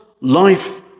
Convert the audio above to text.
life